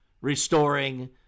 restoring